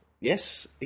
Yes